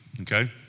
okay